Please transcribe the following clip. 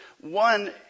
One